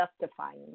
justifying